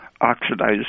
oxidized